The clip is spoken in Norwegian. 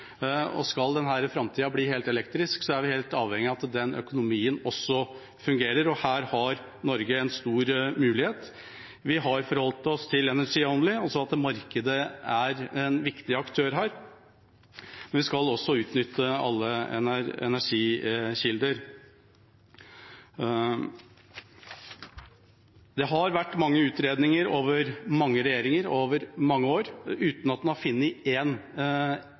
framtida bli helt elektrisk, er vi helt avhengige av at den økonomien også fungerer. Og her har Norge en stor mulighet. Vi har forholdt oss til «energy only», altså at markedet er en viktig aktør. Vi skal utnytte alle energikilder. Det har vært mange utredninger av mange regjeringer over mange år, uten at man har funnet